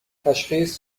تشخیص